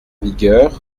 vigueur